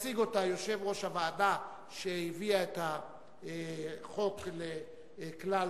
יציג אותה יושב-ראש הוועדה שהביאה את החוק לכלל